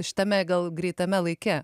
šitame gal greitame laike